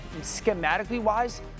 schematically-wise